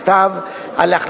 אליך: